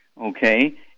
okay